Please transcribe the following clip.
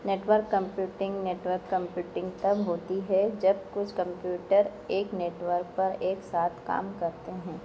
network computing network computing तब होती है जब कुछ कंप्यूटर एक नेटवर्क पर एक साथ काम करते हैं